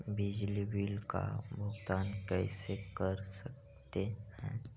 बिजली बिल का भुगतान कैसे कर सकते है?